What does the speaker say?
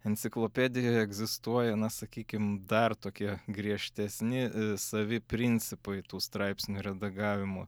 enciklopedijoje egzistuoja na sakykim dar tokie griežtesni savi principai tų straipsnių redagavimo